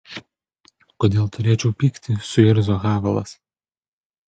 kodėl turėčiau pykti suirzo havelas